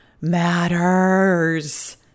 matters